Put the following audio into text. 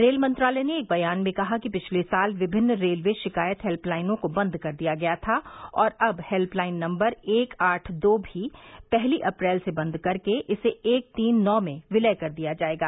rail मंत्रालय ने एक बयान में कहा कि पिछले साल विभिन्न रेलवे शिकायत हेल्पलाइन को बंद कर दिया गया था और अब हेल्पलाइन नंबर एक आठ दो भी पहली अप्रैल से बंद करके इसे एक तीन नौ में विलय कर दिया जाएगा